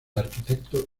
arquitecto